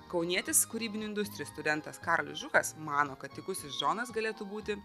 kaunietis kūrybinių industrijų studentas karolis žukas mano kad tykusis džonas galėtų būti